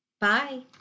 Bye